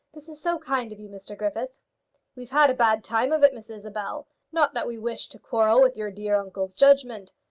this is so kind of you, mr griffith we've had a bad time of it, miss isabel not that we wished to quarrel with your dear uncle's judgment,